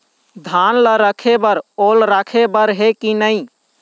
धान ला रखे बर ओल राखे बर हे कि नई?